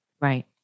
right